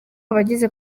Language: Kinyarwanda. abagize